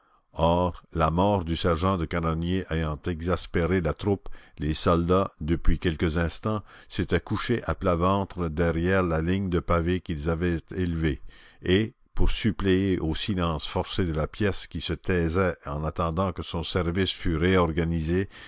or la mort du sergent de canonniers ayant exaspéré la troupe les soldats depuis quelques instants s'étaient couchés à plat ventre derrière la ligne de pavés qu'ils avaient élevée et pour suppléer au silence forcé de la pièce qui se taisait en attendant que son service fût réorganisé